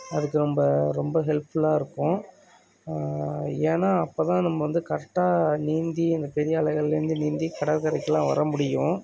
அதுக்கு ரொம்ப ரொம்ப ஹெல்ப்ஃபுல்லாக இருக்கும் ஏன்னா அப்போ தான் நம்ம வந்து கரெக்டாக நீந்தி அந்த பெரிய அலைகள்லேருந்து நீந்தி கடற்கரைக்குலாம் வர முடியும்